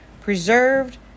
preserved